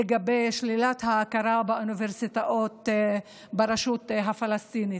לגבי שלילת ההכרה באוניברסיטאות ברשות הפלסטינית: